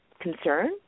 concern